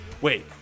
wait